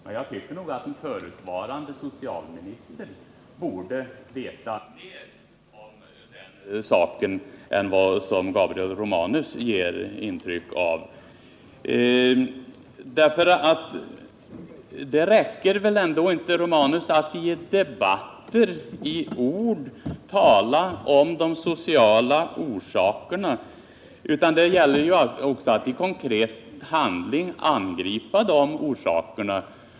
Men jag tycker att en förutvarande socialminister borde veta mer om den saken än vad Gabriel Romanus ger intryck av. Det räcker väl ändå inte, Gabriel Romanus, att i debatter tala om de sociala orsakerna, utan det gäller också att i konkret handling angripa orsakerna.